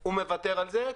הוא מוותר על זה,